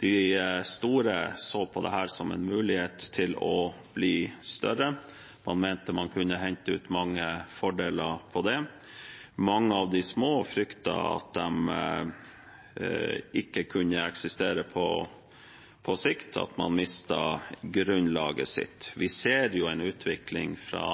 De store så på dette som en mulighet til å bli større. Man mente man kunne hente ut mange fordeler ved det. Mange av de små fryktet at de ikke kunne eksistere på sikt, at man mistet grunnlaget sitt. Og vi ser i dag en utvikling fra